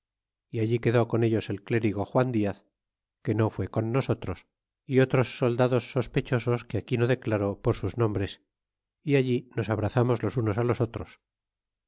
e allí quedó con ellos el clérigo juan diaz que no fue con nosotros e otros soldados sospechosos que aquí no declaro por sus nombres é allí nos abrazamos los unos los otros